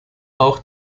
auch